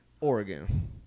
Oregon